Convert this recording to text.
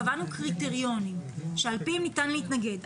קבענו קריטריונים שעל פיהם ניתן להתנגד.